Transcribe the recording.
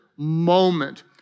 moment